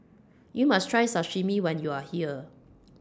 YOU must Try Sashimi when YOU Are here